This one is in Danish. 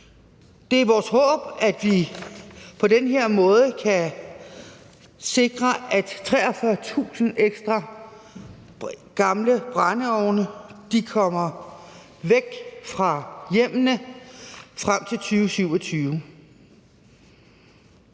Det er vores håb, at vi på den her måde kan sikre, at 43.000 ekstra gamle brændeovne kommer væk fra hjemmene frem mod 2027.